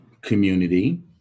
community